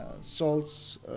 salts